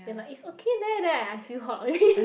they like it's okay leh then I feel hot only